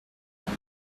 time